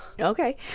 Okay